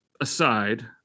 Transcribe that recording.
aside